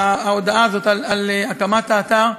ההודעה הזאת על הקמת האתר,